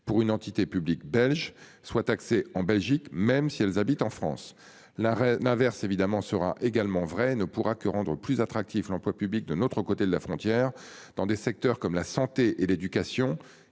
pour une entité publique belge soit taxé en Belgique même si elles habitent en France. La reine inverse évidemment sera également vrai ne pourra que rendre plus attractif l'emploi public. De notre côté de la frontière dans des secteurs comme la santé et l'éducation